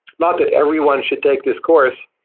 not that everyone should take this course.